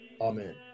Amen